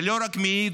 חברים, זה לא רק מעיד